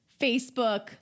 Facebook